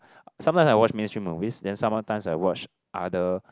sometimes I watch mainstream movies then some other times I watch other